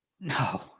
no